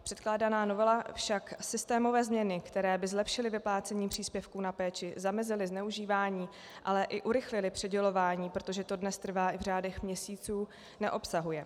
Předkládaná novela však systémové změny, které by zlepšily vyplácení příspěvků na péči, zamezily zneužívání, ale i urychlily přidělování, protože to dnes trvá i v řádech měsíců, neobsahuje.